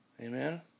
Amen